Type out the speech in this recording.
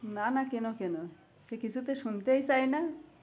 না না কেন কেন সে কিছুতে শুনতেই চায় না